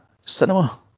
Cinema